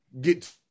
get